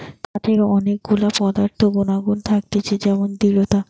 কাঠের অনেক গুলা পদার্থ গুনাগুন থাকতিছে যেমন দৃঢ়তা